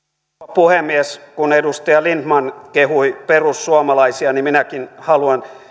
puhemies kun edustaja lindtman kehui perussuomalaisia niin minäkin haluan